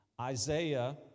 Isaiah